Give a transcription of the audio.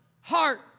heart